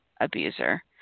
abuser